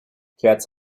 cats